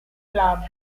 club